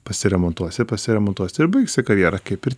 pasiremontuosi pasiremontuosi ir baigsi karjerą kaip ir